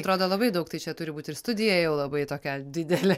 atrodo labai daug tai čia turi būti ir studija jau labai tokia didelė